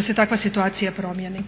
se takva situacija promjeni.